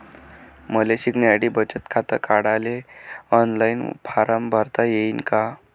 मले शिकासाठी बचत खात काढाले ऑनलाईन फारम भरता येईन का?